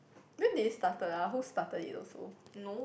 when did it started ah who started it also